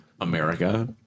America